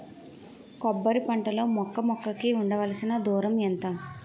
కొబ్బరి పంట లో మొక్క మొక్క కి ఉండవలసిన దూరం ఎంత